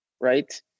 right